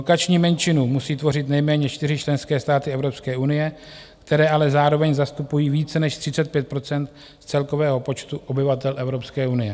Blokační menšinu musí tvořit nejméně čtyři členské státy Evropské unie, které ale zároveň zastupují více než 35 % z celkového počtu obyvatel Evropské unie.